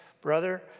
Brother